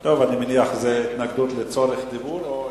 אני מניח שזו התנגדות לצורך דיבור, או עקרונית?